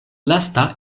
lasta